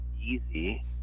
easy